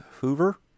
Hoover